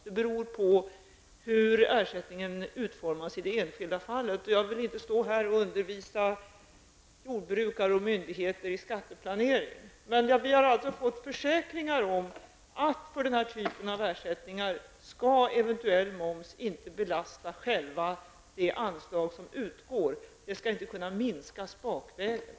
Det beror på hur ersättningen utformas i det enskilda fallet. Och jag vill inte stå här och undervisa jordbrukare och myndigheter i skatteplanering. Men vi har alltså fått försäkringar om att eventuell moms för den här typen av ersättningar inte skall belasta själva det anslag som utgår. Det skall inte kunna minskas bakvägen.